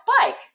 bike